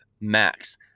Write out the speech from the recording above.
max